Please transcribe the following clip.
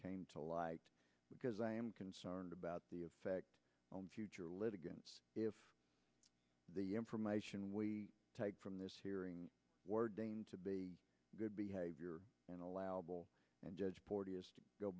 came to light because i am concerned about the effect on future litigants if the information we take from this hearing or deign to be good behavior and allowable and judge go